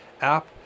app